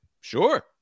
Sure